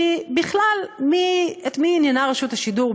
כי בכלל את מי עניינה רשות השידור,